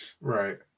right